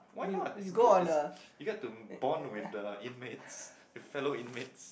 why not is good is you get to bound with the inmates the fellow inmates